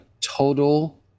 total